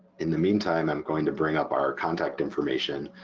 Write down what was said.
in the meantime i'm going to bring up our contact information,